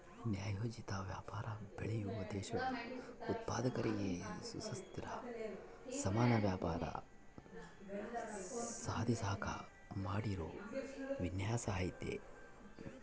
ನ್ಯಾಯೋಚಿತ ವ್ಯಾಪಾರ ಬೆಳೆಯುವ ದೇಶಗಳ ಉತ್ಪಾದಕರಿಗೆ ಸುಸ್ಥಿರ ಸಮಾನ ವ್ಯಾಪಾರ ಸಾಧಿಸಾಕ ಮಾಡಿರೋ ವಿನ್ಯಾಸ ಐತೆ